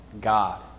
God